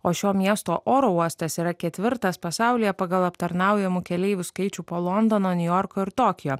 o šio miesto oro uostas yra ketvirtas pasaulyje pagal aptarnaujamų keleivių skaičių po londono niujorko ir tokijo